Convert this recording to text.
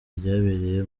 ryabereye